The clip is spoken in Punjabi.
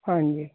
ਹਾਂਜੀ